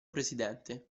presidente